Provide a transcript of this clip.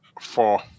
Four